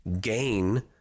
gain